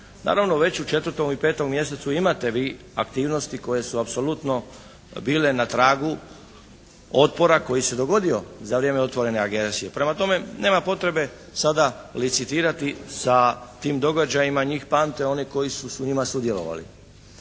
Naravno već u 4. i 5. mjesecu imate vi aktivnosti koje su apsolutno bile na tragu otpora koji se dogodio za vrijeme otvorene agresije. Prema tome nema potrebe sada licitirati sa tim događajima, njih pamte oni koji su u njima sudjelovali.